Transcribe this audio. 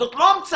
זאת לא המצאה.